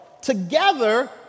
together